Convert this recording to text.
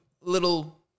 little